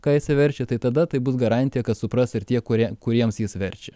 ką jisai verčia tai tada tai bus garantija kad supras ir tie kurie kuriems jis verčia